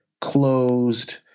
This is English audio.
closed